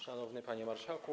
Szanowny Panie Marszałku!